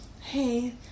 Hey